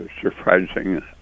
surprising